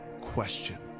question